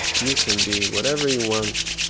you can be whatever you want.